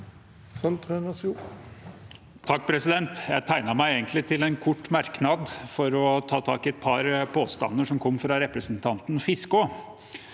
Jeg tegnet meg egentlig til en kort merknad for å ta tak i et par påstander som kom fra representanten Fiskaa.